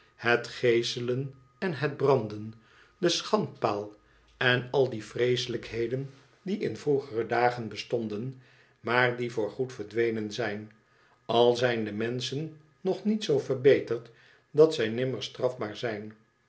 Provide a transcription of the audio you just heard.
het geeselen en het branden de schandpaal en al die vreeselij kneden die in vroegere dagen bestonden maar die voor goed verdwenen zijn al zijn de menschen nog niet zoo verbeterd dat zij nimmer strafbaar zijn